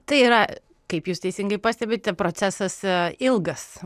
tai yra kaip jūs teisingai pastebite procesas ilgas